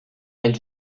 elle